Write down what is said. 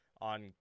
on